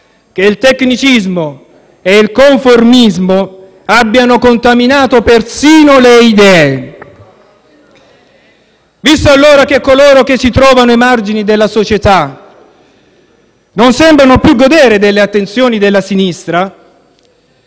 che il tecnicismo e il conformismo abbiano contaminato persino le idee. Visto allora che coloro che si trovano ai margini della società non sembrano più godere delle attenzioni della sinistra,